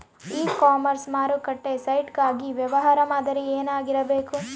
E commerce ಮಾರುಕಟ್ಟೆ site ಗಾಗಿ ವ್ಯವಹಾರ ಮಾದರಿ ಏನಾಗಿರಬೇಕು?